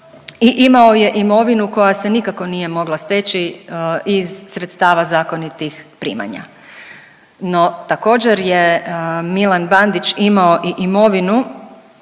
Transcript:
imao je imovinu koja se nikako nije mogla steći iz sredstava zakonitih primanja. No također je Milan Bandić imao i imovinu